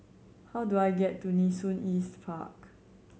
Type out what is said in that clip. how do I get to Nee Soon East Park